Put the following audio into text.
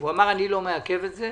הוא אמר אני לא מעכב את זה,